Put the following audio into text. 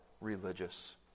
religious